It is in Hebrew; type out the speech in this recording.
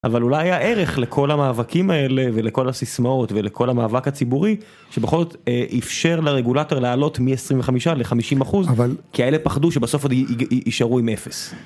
אבל אולי הערך לכל המאבקים האלה, ולכל הסיסמאות, ולכל המאבק הציבורי שבכל זאת אפשר לרגולטור לעלות מ-25% ל-50%, כי האלה פחדו שבסוף יישארו עם 0.